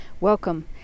Welcome